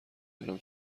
دونم